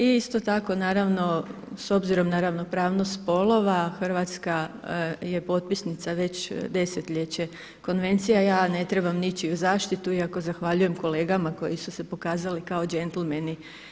I isto tako naravno s obzirom na ravnopravnost spolova Hrvatska je potpisnica već desetljeće konvencije a ja ne treba ničiju zaštitu iako zahvaljujem kolegama koji su pokazali kao džentlmeni.